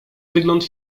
wygląd